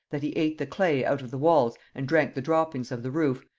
that he ate the clay out of the walls and drank the droppings of the roof,